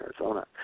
Arizona